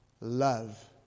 love